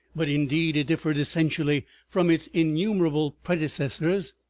but indeed it differed essentially from its innumerable predecessors.